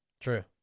True